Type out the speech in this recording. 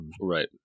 Right